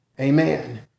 Amen